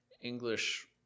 English